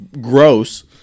Gross